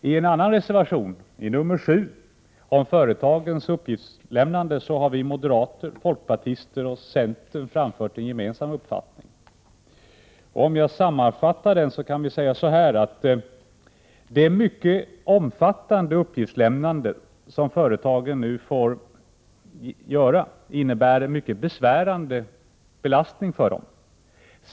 I reservation 7 om företagens uppgiftslämnande har moderaterna, folkpartiet och centern framfört en gemensam uppfattning. För att sammanfatta den kan jag säga så här: Det mycket omfattande uppgiftslämnandet innebär en besvärande belastning för företagen.